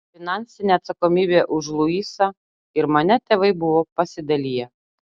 finansinę atsakomybę už luisą ir mane tėvai buvo pasidaliję